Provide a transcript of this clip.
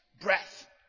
breath